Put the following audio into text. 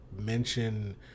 mention